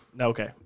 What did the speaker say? Okay